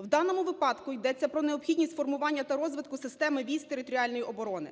В даному випадку йдеться про необхідність формування та розвитку системи військ територіальної оборони.